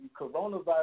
Coronavirus